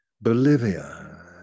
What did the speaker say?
Bolivia